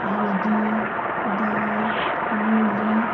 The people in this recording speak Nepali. हर्दी दाल मुली